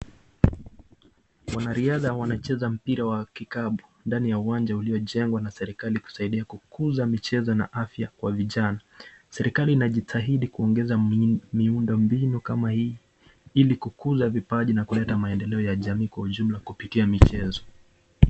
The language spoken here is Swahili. Wanariadha wanacheza mpira wa kikapu ndani ya uwanja ulionjengwa na serekali kusaidia kukuza michezo na afya kwa vijana. Serekali inajitahidi kuongeza miundo mbinu kama hii ili kukuza vipaji na kuleta maendeleo ya jamii kwa ujumla kupitia michezo.